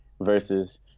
versus